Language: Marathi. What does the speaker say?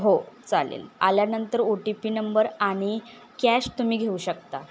हो चालेल आल्यानंतर ओ टी पी नंबर आणि कॅश तुम्ही घेऊ शकता